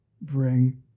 bring